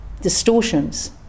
distortions